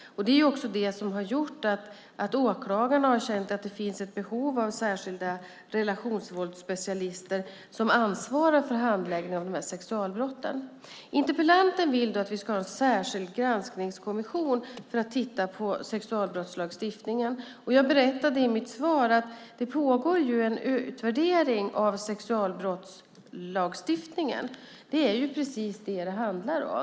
Det har också gjort att åklagarna har känt att det finns ett behov av särskilda relationsvåldsspecialister som ansvarar för handläggningen av de här sexualbrotten. Interpellanten vill att vi ska ha en särskild granskningskommission för att titta på sexualbrottslagstiftningen. I mitt svar berättade jag att det pågår en utvärdering av sexualbrottslagstiftningen. Det är precis detta det handlar om.